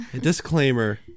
Disclaimer